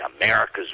America's